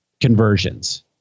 conversions